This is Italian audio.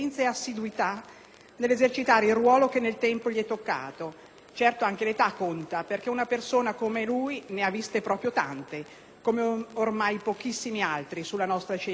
nell'esercitare il ruolo che nel tempo gli è toccato. Certamente, anche l'età conta, perché una persona come lui ne ha viste proprio tante, come ormai pochissimi altri sulla scena politica.